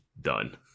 done